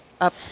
up